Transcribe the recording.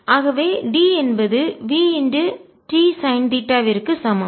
ஆகவே d என்பது v t sine theta விற்கு சமம்